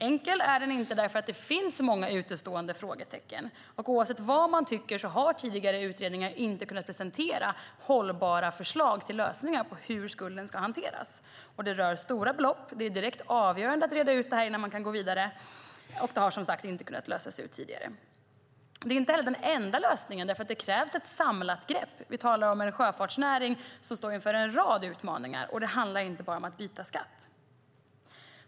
Den är inte enkel därför att det finns så många utestående frågetecken. Oavsett vad man tycker har tidigare utredningar inte kunnat presentera hållbara förslag på lösningar på hur skulden ska hanteras. Det rör stora belopp. Det är direkt avgörande att reda ut detta innan man kan gå vidare, och det har som sagt inte kunnat lösas tidigare. Det är inte heller den enda lösningen eftersom det krävs ett samlat grepp. Vi talar om en sjöfartsnäring som står inför en rad utmaningar, och det handlar inte bara om att byta skatt.